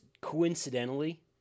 coincidentally